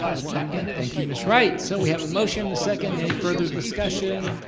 ah second, thank you ms. wright so we have a motion, a second, any further discussion?